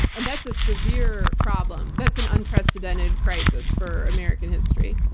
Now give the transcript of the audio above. and that's a severe problem. that's an unprecedented crisis for american history.